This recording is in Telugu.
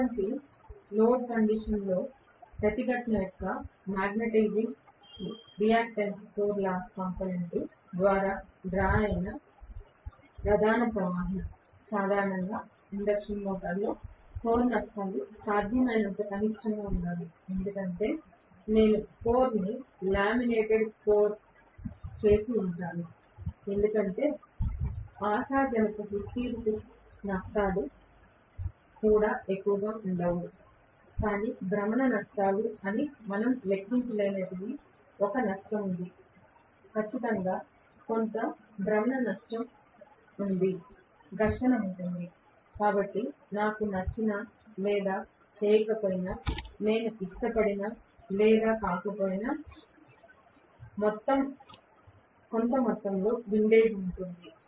ఎటువంటి లోడ్ కండిషన్లో ప్రతిఘటన యొక్క magnetising reactance core loss component ద్వారా డ్రా అయిన ప్రధాన ప్రవాహం సాధారణంగా ఇండక్షన్ మోటారులో కోర్ నష్టాలు సాధ్యమైనంత కనిష్టంగా ఉండాలి ఎందుకంటే నేను కోర్ని లామినేట్ చేసి ఉంటాను ఎందుకంటే ఆశాజనక హిస్టెరిసిస్ నష్టాలు కూడా ఎక్కువగా ఉండవు కానీ భ్రమణ నష్టాలు అని మనం లెక్కించలేని ఒక నష్టం ఉంది ఖచ్చితంగా కొంత భ్రమణ నష్టం ఉంటుంది ఘర్షణ ఉంటుంది నాకు నచ్చినా లేదా చేయకపోయినా నేను ఇష్టపడినా లేదా కాకపోయినా కొంత మొత్తంలో విండేజ్ ఉంటుంది